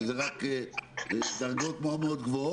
שזה רק דרגות מאוד גבוהות.